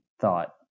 thought